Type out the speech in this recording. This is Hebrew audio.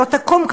שלא תקום,